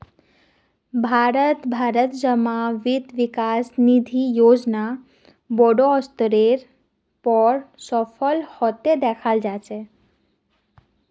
भारत भरत जमा वित्त विकास निधि योजना बोडो स्तरेर पर सफल हते दखाल जा छे